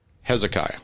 Hezekiah